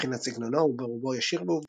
מבחינת סגנונו, הוא ברובו ישיר ועובדתי,